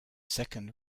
second